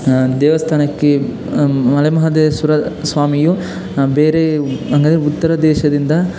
ದೇವಸ್ಥಾನಕ್ಕೆ ಮಲೆ ಮಹದೇಶ್ವರ ಸ್ವಾಮಿಯು ಬೇರೆ ಹಂಗದ್ರೆ ಉತ್ತರ ದೇಶದಿಂದ